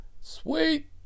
Sweet